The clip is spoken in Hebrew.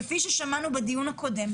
כפי ששמענו בדיון הקודם,